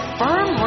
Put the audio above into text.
firm